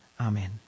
Amen